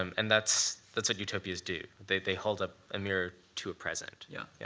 um and that's that's what utopias do. they hold up a mirror to a present. yeah yeah